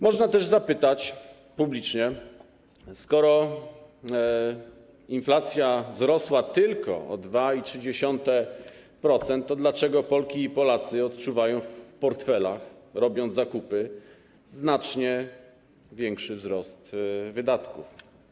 Można też zapytać publicznie: Skoro inflacja wzrosła tylko o 2,3%, to dlaczego Polki i Polacy odczuwają w portfelach, robiąc zakupy, znacznie większy wzrost wydatków?